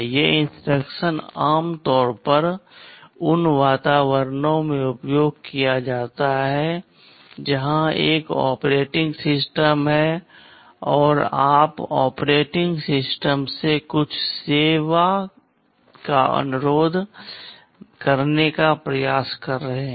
ये इंस्ट्रक्शन आम तौर पर उन वातावरणों में उपयोग किए जाते हैं जहां एक ऑपरेटिंग सिस्टम है और आप ऑपरेटिंग सिस्टम से कुछ सेवा का अनुरोध करने का प्रयास कर रहे हैं